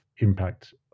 impact